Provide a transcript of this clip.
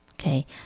okay